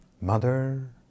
Mother